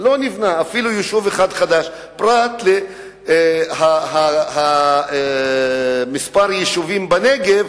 פרט לכמה יישובים בנגב,